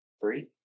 three